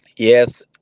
Yes